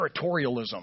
territorialism